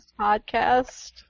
Podcast